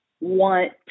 want